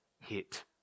hit